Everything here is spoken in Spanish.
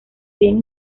bien